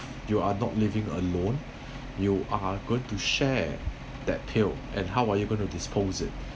you are not living alone you are good to share that pail and how are you going to dispose it